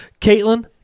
Caitlin